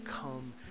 come